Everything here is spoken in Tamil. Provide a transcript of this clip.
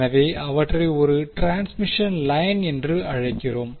எனவே அவற்றை ஒரு ட்ரான்ஸ்மிஷன் லைன் என்று அழைக்கிறோம்